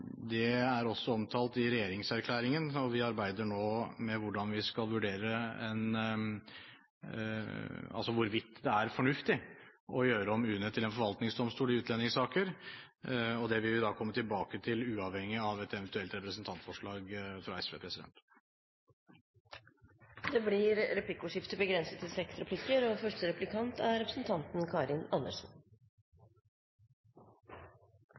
Det er også omtalt i regjeringserklæringen, og vi arbeider nå med dette og hvorvidt det er fornuftig å gjøre om UNE til en forvaltningsdomstol i utlendingssaker. Det vil vi da komme tilbake til uavhengig av et eventuelt representantforslag fra SV. Det blir replikkordskifte. Når det gjelder det forsterkede formkravet som nå skal forskriftsfestes, er